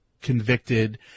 convicted